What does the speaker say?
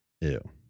Ew